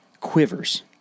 Quivers